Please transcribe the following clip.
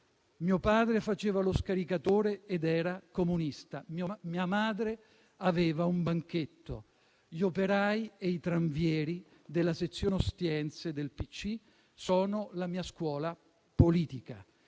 Mio padre faceva lo scaricatore ed era comunista, mia madre aveva un banchetto. Gli operai e i tranvieri della sezione Ostiense del Pci [...] sono stati la mia scuola politica.